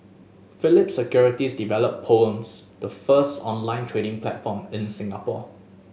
Phillip Securities developed Poems the first online trading platform in Singapore